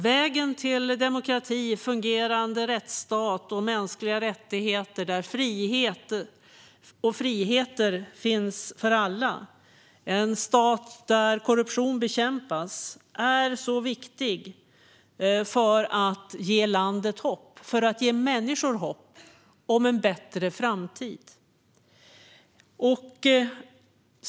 Vägen till demokrati och en fungerande rättsstat, där mänskliga rättigheter och friheter finns för alla och där korruption bekämpas, är så viktig för att ge landet och dess människor hopp om en bättre framtid.